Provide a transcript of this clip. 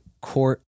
court